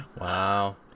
Wow